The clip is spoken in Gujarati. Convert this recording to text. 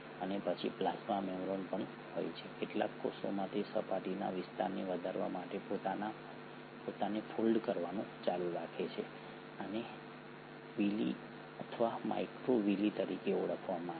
અને પછી પ્લાઝ્મા મેમ્બ્રેન પણ હોય છે કેટલાક કોષોમાં તે સપાટીના વિસ્તારને વધારવા માટે પોતાને ફોલ્ડ કરવાનું ચાલુ રાખે છે આને વિલી અથવા માઇક્રોવિલી તરીકે ઓળખવામાં આવે છે